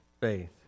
faith